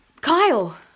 Kyle